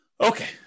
Okay